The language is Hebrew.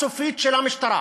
הסופית, של המשטרה: